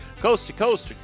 coast-to-coast